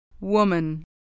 Woman